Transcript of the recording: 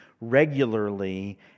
regularly